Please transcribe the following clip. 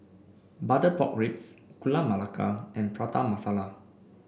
Butter Pork Ribs Gula Melaka and Prata Masala